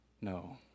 No